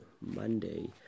Monday